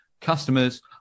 customers